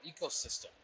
ecosystem